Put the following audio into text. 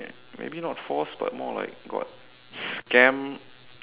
maybe not force but maybe more of like got scammed